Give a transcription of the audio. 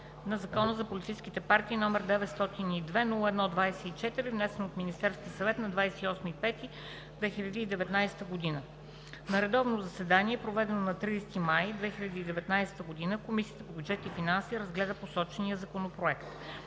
на Закона за политическите партии, № 902-01-24, внесен от Министерския съвет на 28 май 2019 г. На редовно заседание, проведено на 30 май 2019 г., Комисията по бюджет и финанси разгледа посочения законопроект.